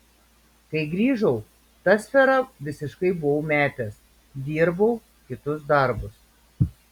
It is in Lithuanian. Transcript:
kai grįžau tą sferą visiškai buvau metęs dirbau kitus darbus